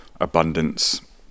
abundance